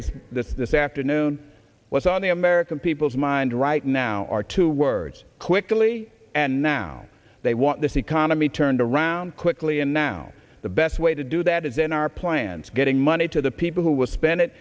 see this this afternoon what's on the american people's mind right now are two words quickly and now they want this economy turned around quickly and now the best way to do that is in our plans getting money to the people who will spend it